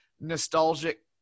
nostalgic